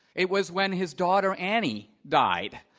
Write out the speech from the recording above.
it was when his daughter, annie, died.